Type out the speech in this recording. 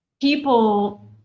people